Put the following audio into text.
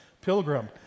pilgrim